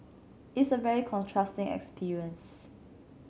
it's a very contrasting experience